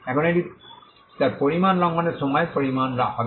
এখন এটি তার পরিমাণ লঙ্ঘনের সময় পরিমাণ হবে